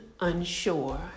unsure